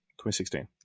2016